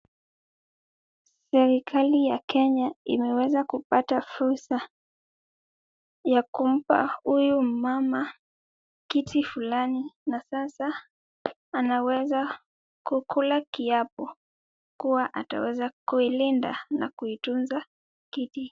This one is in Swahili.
Serikali ya Kenya imeweza kupata fursa ya kumpa huyu mmama kiti fulani na sasa anaweza kukula kiapo kuwa ataweza kuilinda na kuitunza kiti.